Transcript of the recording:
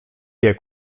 wie